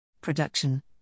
Production